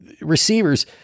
Receivers